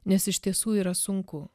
nes iš tiesų yra sunku